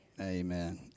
Amen